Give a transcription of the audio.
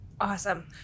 Awesome